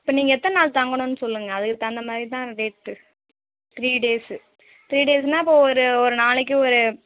இப்போ நீங்கள் எத்தனை நாள் தங்கணும்ன்னு சொல்லுங்கள் அதுக்கு தகுந்த மாதிரி தான் ரேட் த்ரீ டேஸ் த்ரீ டேஸ்ன்னா அப்போ ஒரு ஒரு நாளைக்கு ஒரு